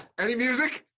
any music?